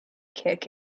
kick